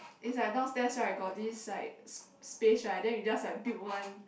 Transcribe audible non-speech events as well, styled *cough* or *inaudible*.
is like downstairs right got this like *noise* space right then we just like build one